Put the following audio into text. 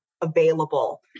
available